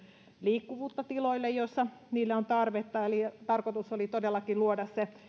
liikkuvuutta tiloille joilla niille on tarvetta eli tarkoitus oli todellakin luoda se